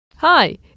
Hi